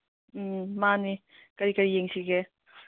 ꯎꯝ ꯃꯥꯅꯦ ꯀꯔꯤ ꯀꯔꯤ ꯌꯦꯡꯁꯤꯒꯦ